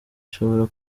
ishobora